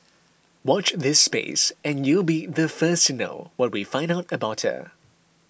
watch this space and you'll be the first to know what we find out about her